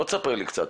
בוא תספר קצת.